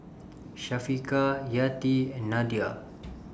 Syafiqah Yati and Nadia